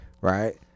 right